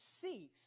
cease